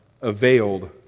availed